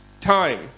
time